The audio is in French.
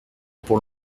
pour